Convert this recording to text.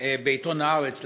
מאוד בעיתון הארץ.